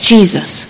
Jesus